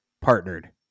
partnered